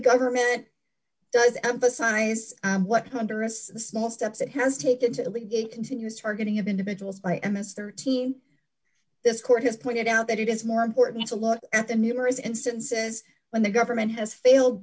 government does emphasize what hunder as small steps it has taken to the league and continues targeting of individuals by imus thirteen this court has pointed out that it is more important to look at the numerous instances when the government has failed